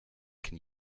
can